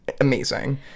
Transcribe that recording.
amazing